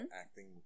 acting